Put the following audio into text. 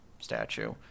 statue